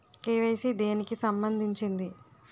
KYC దేనికి సంబందించింది?